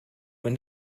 wenn